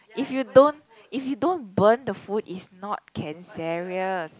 if you don't if you don't burn the food is not cancerous